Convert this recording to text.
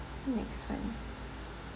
next wednesday